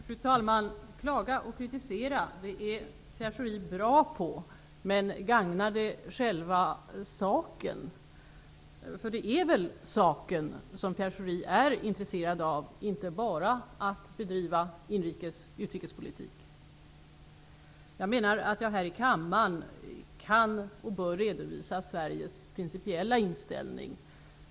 Fru talman! Att klaga och kritisera är Pierre Schori bra på, men gagnar det själva saken? För det är väl saken som Pierre Schori är intresserad av och inte bara att bedriva inrikes utrikespolitik? Jag menar att jag här i kammaren kan och bör redovisa Sveriges principiella inställning.